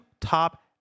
top